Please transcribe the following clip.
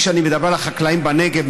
כשאני מדבר על החקלאים בנגב,